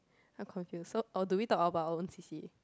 I'm confused so or do we talk about our own C_C_A